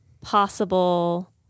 possible